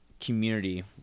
community